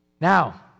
Now